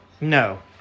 No